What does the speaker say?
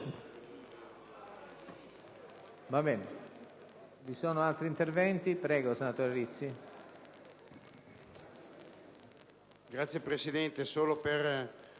Va bene